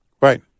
Right